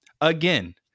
Again